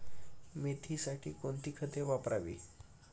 मेथीसाठी कोणती खते वापरावी?